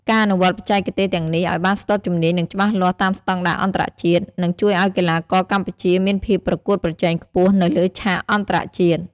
ការអនុវត្តបច្ចេកទេសទាំងនេះឲ្យបានស្ទាត់ជំនាញ និងច្បាស់លាស់តាមស្តង់ដារអន្តរជាតិ នឹងជួយឲ្យកីឡាករកម្ពុជាមានភាពប្រកួតប្រជែងខ្ពស់នៅលើឆាកអន្តរជាតិ។